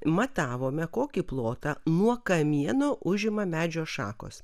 matavome kokį plotą nuo kamieno užima medžio šakos